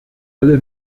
alle